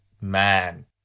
man